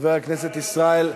חבר הכנסת ישראל,